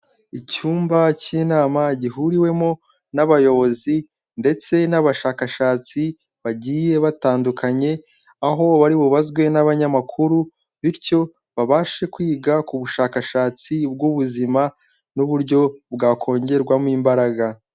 Icyumba cy'inama gihuriwemo n'abayobozi ndetse n'abashakashatsi bagiye batandukanye, aho bari bubazwe n'abanyamakuru, bityo babashe kwiga ku bushakashatsi bw'ubuzima n'uburyo bwakongerwamo imbaraga.